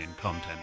content